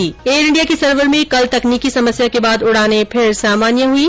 ् Air India के server में कल तकनीकी समस्या के बाद उड़ानें फिर सामान्य हुईं